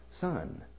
son